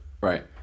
right